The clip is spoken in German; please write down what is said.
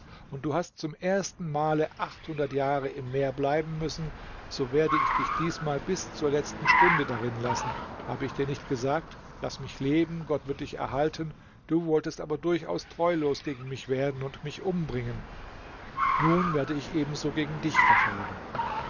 und hast du zum ersten male jahre im meer bleiben müssen so werde ich dich diesmal bis zur letzten stunde darin lassen habe ich dir nicht gesagt laß mich leben gott wird dich erhalten du wolltest aber durchaus treulos gegen mich werden und mich umbringen nun werde ich eben so gegen dich verfahren